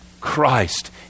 Christ